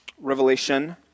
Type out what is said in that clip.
Revelation